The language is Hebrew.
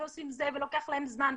ועושים את זה ולוקח להם זמן,